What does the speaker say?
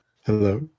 Hello